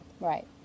Right